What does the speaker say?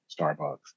Starbucks